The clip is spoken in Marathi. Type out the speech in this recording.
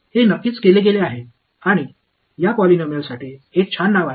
हे नक्कीच केले गेले आहे आणि या पॉलिनॉमियलसाठी एक छान नाव आहे